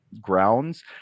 grounds